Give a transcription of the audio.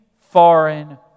foreign